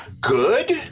good